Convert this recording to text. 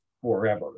forever